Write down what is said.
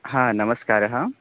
नमस्कारः